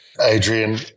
Adrian